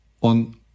on